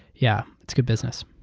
yeah, it's good business.